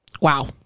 Wow